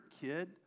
kid